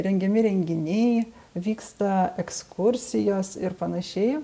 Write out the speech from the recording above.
rengiami renginiai vyksta ekskursijos ir panašiai